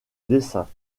dessins